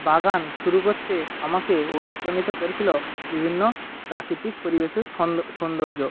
বাগান শুরু করতে আমাকে অনুপ্রাণিত করেছিলো বিভিন্ন প্রাকৃতিক পরিবেশের সোন্দর্য